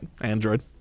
Android